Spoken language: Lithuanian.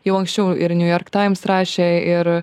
jau anksčiau ir niujork taims rašė ir